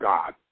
God